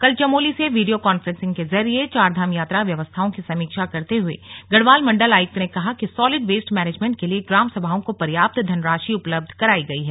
कल चमोली से video conferencing के जरिए चारधाम यात्रा व्यवस्थाओं की समीक्षा करते हुए गढ़वाल मंडल आयुक्त ने कहा कि सॉलिड वेस्ट मैनेजमेंट के लिए ग्राम सभाओं को पर्याप्त धनराशि उपलब्ध करायी गई है